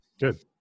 good